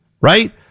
Right